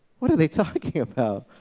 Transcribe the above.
what are they talking about?